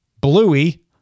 Bluey